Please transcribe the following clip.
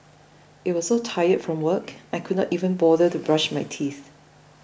I was so tired from work I could not even bother to brush my teeth